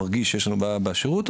מרגיש שיש לנו בעיה בשירות,